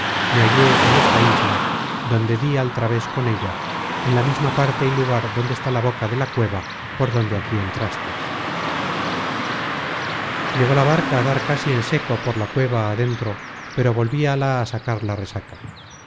me hallé en esta isla donde dí al traves con ella en la misma parte y lugar adonde está la boca de la cueva por donde aquí entrastes llegó la barca á dar casi en seco por la cueva adentro pero volvíala á sacar la resaca